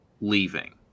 leaving